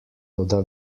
toda